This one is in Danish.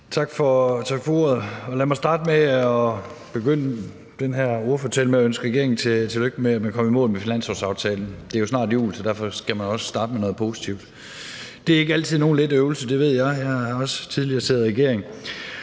Tak for ordet. Lad mig begynde den her ordførertale med at ønske regeringen tillykke med at komme i mål med finanslovsaftalen. Det er jo snart jul, og derfor skal man også starte med noget positivt. Det er ikke altid nogen let øvelse. Det ved jeg. Jeg har også tidligere siddet i regering.